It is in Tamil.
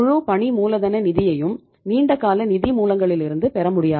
முழு பணி மூலதன நிதியையும் நீண்ட கால நிதி மூலங்களிலிருந்து பெறமுடியாது